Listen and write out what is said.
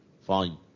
fine